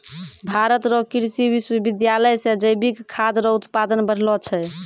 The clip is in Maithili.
भारत रो कृषि विश्वबिद्यालय से जैविक खाद रो उत्पादन बढ़लो छै